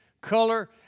color